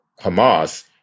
Hamas